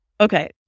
Okay